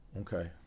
okay